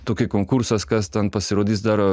tokie konkursas kas ten pasirodys dar